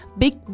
big